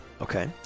Okay